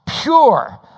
pure